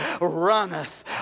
runneth